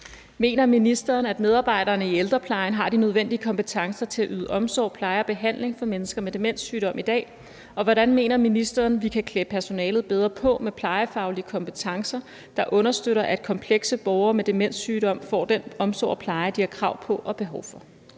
Mener ministeren, at medarbejderne i ældreplejen har de nødvendige kompetencer til at yde omsorg, pleje og behandling af mennesker med demenssygdom i dag, og hvordan mener ministeren vi kan klæde personalet bedre på med plejefaglige kompetencer, der understøtter, at komplekse borgere med demenssygdom får den omsorg og pleje, de har krav på og behov for?